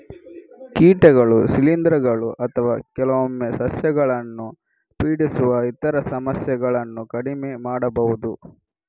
ಕೀಟಗಳು, ಶಿಲೀಂಧ್ರಗಳು ಅಥವಾ ಕೆಲವೊಮ್ಮೆ ಸಸ್ಯಗಳನ್ನು ಪೀಡಿಸುವ ಇತರ ಸಮಸ್ಯೆಗಳನ್ನು ಕಡಿಮೆ ಮಾಡಬಹುದು